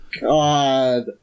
God